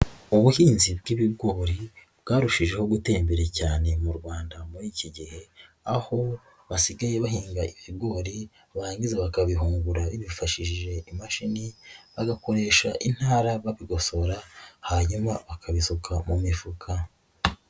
Ubuhinzi bw'ibigori bwarushijeho gutera imbere cyane mu Rwanda muri iki gihe, aho basigaye bahinga ibigori, barangiza bakabihungura bifashishije imashini, bagakoresha intara babigosora, hanyuma bakabisuka mu mifuka.